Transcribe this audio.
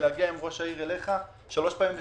ולהגיע עם ראש העיר אליך שלוש פעמים בשבוע.